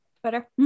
twitter